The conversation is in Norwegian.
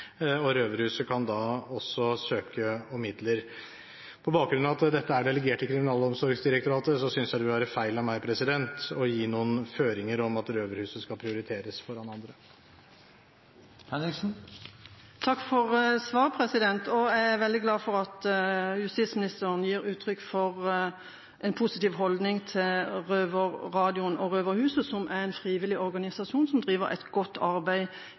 og Røverhuset kan da også søke om midler. På bakgrunn av at dette er delegert til Kriminalomsorgsdirektoratet, synes jeg det vil være feil av meg å gi noen føringer om at Røverhuset skal prioriteres foran andre. Takk for svaret. Jeg er veldig glad for at justisministeren gir uttrykk for en positiv holdning til Røverradioen og Røverhuset, som er en frivillig organisasjon som driver et godt arbeid